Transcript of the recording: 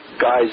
guy's